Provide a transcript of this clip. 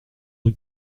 rue